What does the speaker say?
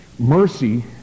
mercy